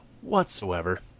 whatsoever